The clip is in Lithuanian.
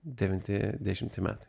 devinti dešimti metai